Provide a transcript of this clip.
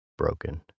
broken